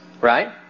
Right